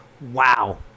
wow